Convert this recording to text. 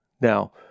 Now